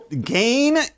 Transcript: Gain